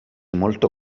molto